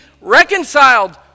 reconciled